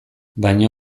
baina